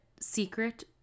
secret